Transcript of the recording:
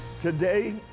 Today